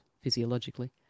physiologically